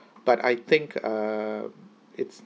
but I think err it's